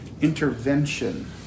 intervention